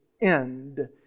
end